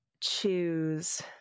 choose